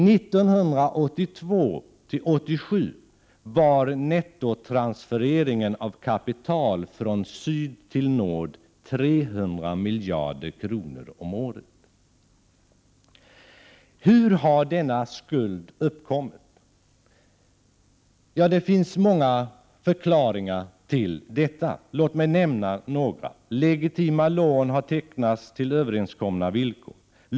1982—1987 var Hur har denna skuld uppkommit? Ja, det finns många förklaringar till detta, och låt mig nämna några. Legitima lån har tecknats till överenskomna villkor.